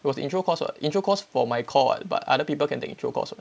it was the intro course what intro course for my core what but other people can take intro course what